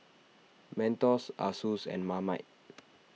Mentos Asus and Marmite